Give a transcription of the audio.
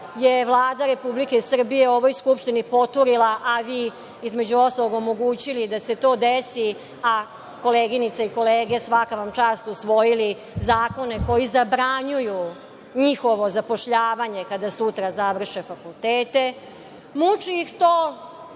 je Vlada Republike Srbije ovoj Skupštini poturila, a vi između ostalog, omogućili da se to desi, a koleginice i kolege, svaka vam čast, usvojili zakone koji zabranjuju njihovo zapošljavanje kada sutra završe fakultete. Muči ih to